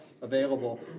available